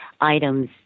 items